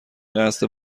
قصد